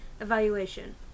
evaluation